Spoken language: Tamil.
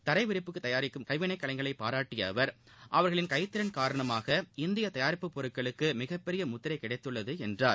தரைவிரிப்புகளை தயாரிக்கும் கைவினைகர்களை பாராட்டிய அவர் அவர்களின் கைதிறன் காரணமாக இந்திய தயாரிப்பு பொருட்களுக்கு மிகப் பெரிய முத்திரை கிடைத்துள்ளது என்றார்